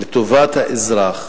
לטובת האזרח,